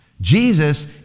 Jesus